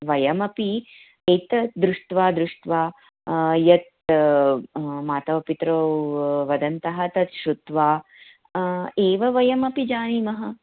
वयमपि एतत् दृष्ट्वा दृष्ट्वा यत् मातापितरौ वदन्तः तत् श्रुत्वा एव वयमपि जानीमः